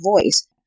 voice